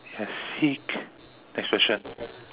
you are sick next question